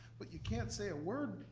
but you can't say a word,